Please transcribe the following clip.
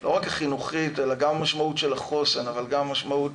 לא רק החינוכית אלא גם המשמעות של החוסן אבל גם המשמעות